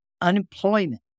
unemployment